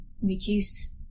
reduce